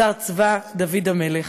שר צבא דוד המלך.